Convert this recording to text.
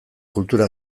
kultura